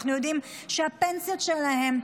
אנחנו יודעים שהפנסיות שלהם,